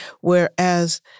Whereas